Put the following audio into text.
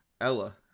Ella